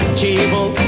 table